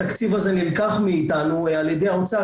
התקציב הזה נלקח מאיתנו על ידי האוצר,